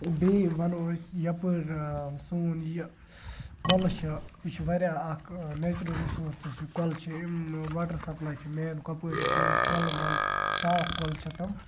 بیٚیہِ وَنو أسۍ یَپٲرۍ سون یہِ کۄلہٕ چھِ یہِ چھِ واریاہ اَکھ نیچرَل رِسورسٕز چھِ کۄلہٕ چھِ امۍ واٹَر سَپلاے چھِ مین کۄپٲرِس یِہٕے کۄلہٕ وۄلہٕ صاف کۄلہٕ چھِ تم